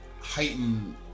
heighten